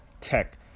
tech